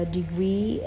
degree